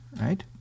Right